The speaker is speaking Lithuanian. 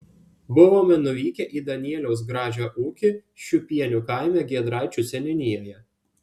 buvome nuvykę į danieliaus gražio ūkį šiupienių kaime giedraičių seniūnijoje